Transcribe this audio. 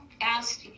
asked